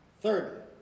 Third